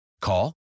Call